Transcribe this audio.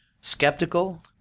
skeptical